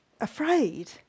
afraid